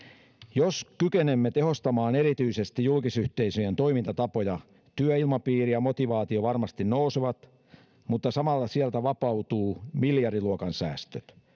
jos kykenemme tehostamaan erityisesti julkisyhteisöjen toimintatapoja työilmapiiri ja motivaatio varmasti nousevat mutta samalla sieltä vapautuu miljardiluokan säästöt